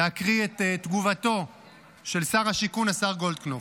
להקריא את תגובתו של שר השיכון, השר גולדקנופ.